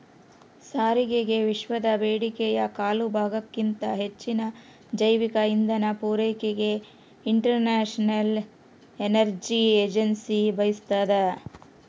ಸಾರಿಗೆಗೆವಿಶ್ವದ ಬೇಡಿಕೆಯ ಕಾಲುಭಾಗಕ್ಕಿಂತ ಹೆಚ್ಚಿನ ಜೈವಿಕ ಇಂಧನ ಪೂರೈಕೆಗೆ ಇಂಟರ್ನ್ಯಾಷನಲ್ ಎನರ್ಜಿ ಏಜೆನ್ಸಿ ಬಯಸ್ತಾದ